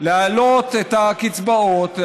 להעלות את הקצבאות,